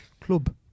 Club